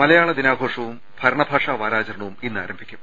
മലയാള ദിനാ ഘോഷവും ഭരണഭാഷാ വാരാചരണവും ഇന്ന് ആരം ഭിക്കും